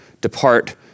depart